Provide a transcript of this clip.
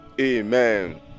amen